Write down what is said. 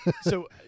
So-